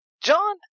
John